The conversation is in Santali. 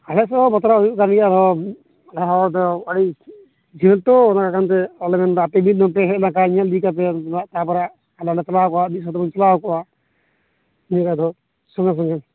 ᱟᱞᱮ ᱥᱮᱫ ᱦᱚᱸ ᱯᱟᱛᱟ ᱫᱚ ᱦᱩᱭᱩᱜ ᱠᱟᱱ ᱜᱮᱭᱟ ᱟᱞᱮ ᱦᱚᱸ ᱮᱱᱛᱮ ᱟᱹᱰᱤ ᱡᱷᱟᱹᱞ ᱛᱚ ᱚᱱᱟ ᱟᱯᱮᱨᱮᱱ ᱱᱚᱱᱛᱮᱭ ᱦᱮᱡ ᱞᱮᱱ ᱠᱷᱟᱱ ᱧᱮᱞ ᱤᱫᱤ ᱠᱮᱭᱟᱭ ᱛᱟᱯᱚᱨᱮ ᱟᱞᱮ ᱦᱚᱸᱞᱮ ᱪᱟᱞᱟᱣ ᱠᱚᱜᱼᱟ ᱢᱤᱫ ᱥᱟᱶ ᱛᱮᱵᱚᱱ ᱪᱟᱞᱟᱣ ᱠᱚᱜᱼᱟ ᱱᱤᱭᱟᱹ ᱵᱟᱨ ᱫᱚ ᱥᱚᱝᱜᱮ ᱥᱚᱝᱜᱮ